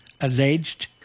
alleged